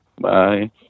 Bye